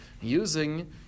using